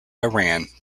iran